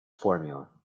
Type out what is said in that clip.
formula